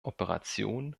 operation